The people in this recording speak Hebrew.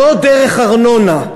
לא דרך ארנונה.